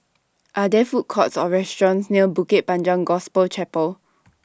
Are There Food Courts Or restaurants near Bukit Panjang Gospel Chapel